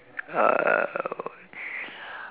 uh